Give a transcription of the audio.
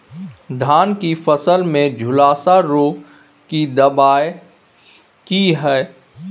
धान की फसल में झुलसा रोग की दबाय की हय?